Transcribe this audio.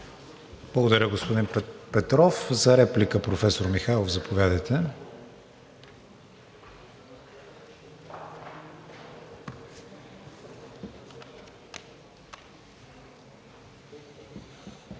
Благодаря, господин Петров. За реплика – професор Михайлов. Заповядайте.